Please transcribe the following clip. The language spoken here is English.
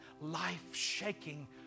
life-shaking